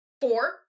Four